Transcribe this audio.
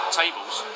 tables